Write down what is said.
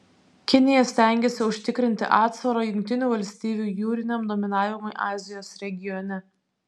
kinija stengiasi užtikrinti atsvarą jungtinių valstijų jūriniam dominavimui azijos regione